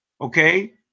okay